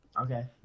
Okay